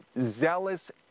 zealous